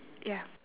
ya